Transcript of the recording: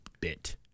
bit